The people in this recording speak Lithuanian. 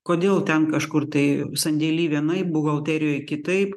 kodėl ten kažkur tai sandėly vienaip buhalterijoj kitaip